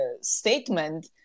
statement